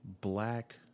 Black